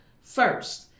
first